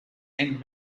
and